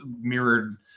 mirrored